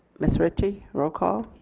ms. ritchie roll call.